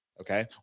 okay